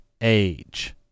age